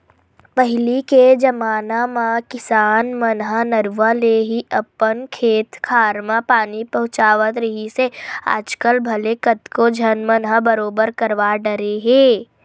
पहिली के जमाना म किसान मन ह नरूवा ले ही अपन खेत खार म पानी पहुँचावत रिहिस हे आजकल भले कतको झन मन ह बोर करवा डरे हे